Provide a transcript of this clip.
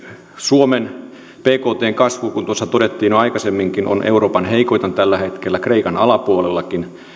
suomen bktn kasvu kuten tuossa todettiin jo aikaisemminkin on euroopan heikoin tällä hetkellä kreikankin alapuolella